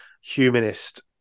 humanist